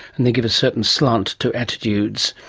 and they give a certain slant to attitudes.